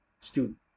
student